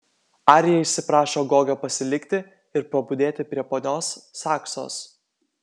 arija išsiprašo gogio pasilikti ir pabudėti prie ponios saksos